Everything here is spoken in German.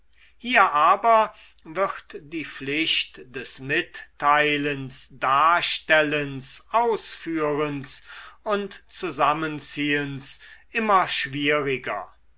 hier aber wird die pflicht des mitteilens darstellens ausführens und zusammenziehens immer schwieriger